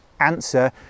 Answer